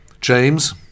James